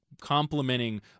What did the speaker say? Complementing